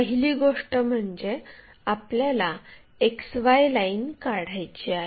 पहिली गोष्ट म्हणजे आपल्याला XY लाइन काढायची आहे